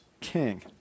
king